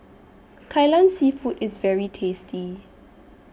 Kai Lan Seafood IS very tasty